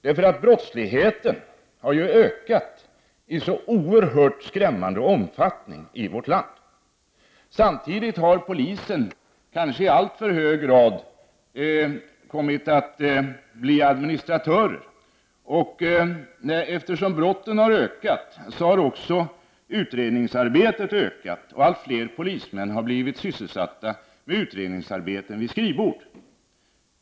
Brottsligheten i vårt land har ju ökat i så oerhört skrämmande omfattning. Samtidigt har poliserna, kanske i alltför hög grad, kommit att bli administratörer. Eftersom brotten har ökat har också utredningsarbetet ökat. Allt fler polismän har därför blivit sysselsatta med utredningsarbete vid skrivbord.